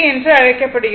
என அழைக்க படுகிறது